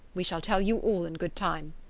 we shall tell you all in good time.